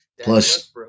Plus